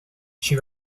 she